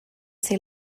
ser